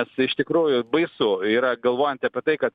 nes iš tikrųjų baisu yra galvojant apie tai kad